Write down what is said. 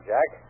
Jack